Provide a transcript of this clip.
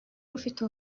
rufite